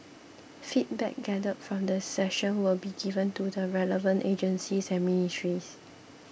feedback gathered from the session will be given to the relevant agencies and ministries